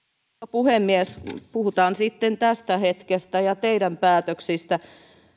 puhemies puhutaan sitten tästä hetkestä ja teidän päätöksistä